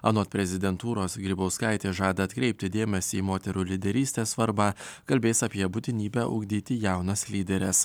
anot prezidentūros grybauskaitė žada atkreipti dėmesį į moterų lyderystės svarbą kalbės apie būtinybę ugdyti jaunas lyderes